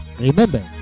Remember